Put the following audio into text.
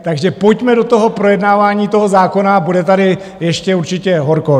Takže pojďme do projednávání toho zákona a bude tady ještě určitě horko.